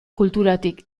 kulturatik